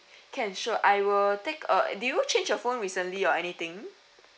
can sure I will take uh did you change your phone recently or anything